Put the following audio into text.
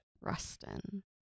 Rustin